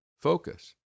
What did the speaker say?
focus